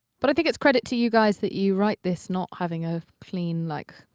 but i think it's credit to you guys that you write this not having a clean, like,